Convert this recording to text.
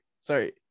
sorry